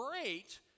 great